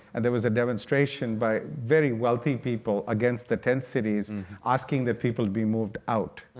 and there was a demonstration by very wealthy people against the tent cities and asking the people to be moved out,